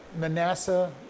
Manasseh